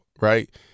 right